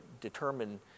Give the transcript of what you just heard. determine